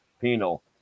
penal